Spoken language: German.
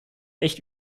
echt